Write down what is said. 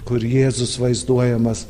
kur jėzus vaizduojamas